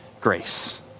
grace